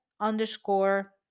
underscore